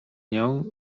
nią